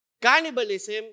cannibalism